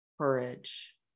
courage